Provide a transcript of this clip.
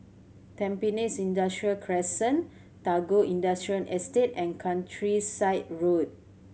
Tampines Industrial Crescent Tagore Industrial Estate and Countryside Road